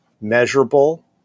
measurable